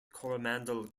coromandel